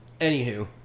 Anywho